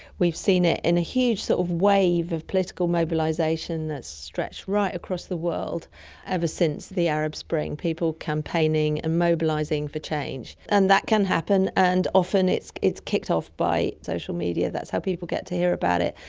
we've seen it in a huge sort of wave of political mobilisation that has stretched right across the world ever since the arab spring, people campaigning and mobilising for change. and that can happen and often it's it's kicked off by social media, that's how people get to hear about it,